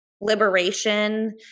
liberation